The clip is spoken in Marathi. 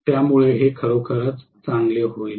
त्यामुळे हे खरोखरच चांगले होईल